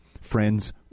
Friends